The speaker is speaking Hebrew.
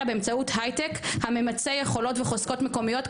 באמצעות הייטק הממצה יכולות וחוזקות מקומיות,